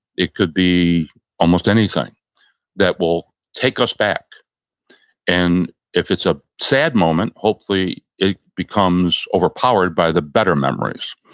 it could be almost anything that will take us back and if it's a sad moment, hopefully, it becomes overpowered by the better memories.